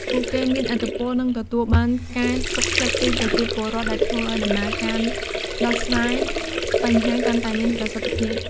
ពួកគេមានឥទ្ធិពល និងទទួលបានការទុកចិត្តពីប្រជាពលរដ្ឋ ដែលធ្វើឱ្យដំណើរការដោះស្រាយបញ្ហាកាន់តែមានប្រសិទ្ធភាព។